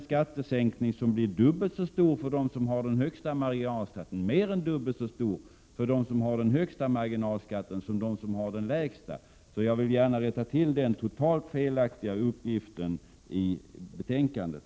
Skattesänkningen blir mer än dubbelt så stor för dem som har den högsta marginalskatten, jämfört med hur det blir för dem som har den lägsta. Jag vill rätta till den totalt felaktiga uppgiften i betänkandet.